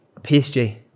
PSG